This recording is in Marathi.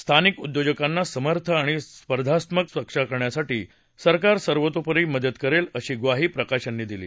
स्थानिक उद्योजकांना समर्थ आणि स्पर्धाक्षम करण्यासाठी सरकार सर्वतोपरी मदत करेल अशी म्वाही प्रकाश यांनी दिली